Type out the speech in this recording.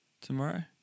tomorrow